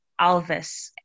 Alvis